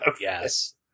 Yes